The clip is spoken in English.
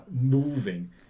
moving